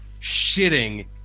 shitting